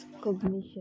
cognition